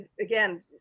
again